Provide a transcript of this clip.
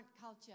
culture